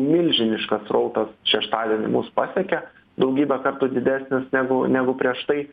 milžiniškas srautas šeštadienį mus pasiekė daugybę kartų didesnis negu negu prieš tai